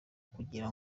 kugira